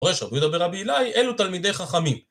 דורש רבי יהודה בן רבי אלעאי, אלו תלמידי חכמים.